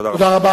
תודה רבה.